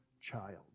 child